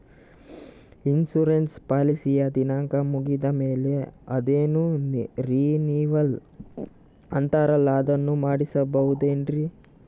Insurance ಪಾಲಿಸಿಯ ದಿನಾಂಕ ಮುಗಿದ ಮೇಲೆ ಅದೇನೋ ರಿನೀವಲ್ ಅಂತಾರಲ್ಲ ಅದನ್ನು ಮಾಡಿಸಬಹುದೇನ್ರಿ?